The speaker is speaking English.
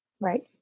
Right